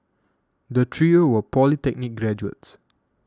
the trio were polytechnic graduates